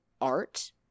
Art